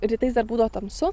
rytais dar būdavo tamsu